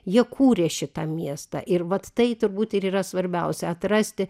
jie kūrė šitą miestą ir vat tai turbūt ir yra svarbiausia atrasti